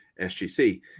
SGC